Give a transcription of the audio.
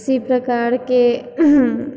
किसी प्रकारके